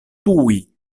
tuj